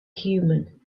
human